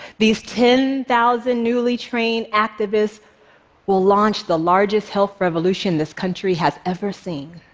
these ten thousand newly trained activists will launch the largest health revolution this country has ever seen.